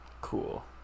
Cool